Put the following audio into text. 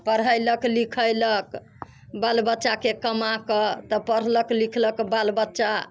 पढ़ैलक लिखैलक बाल बच्चाके कमा कऽ तऽ पढ़लक लिखलक बाल बच्चा